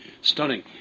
stunning